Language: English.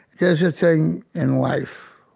there's a thing in life